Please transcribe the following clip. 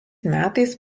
metais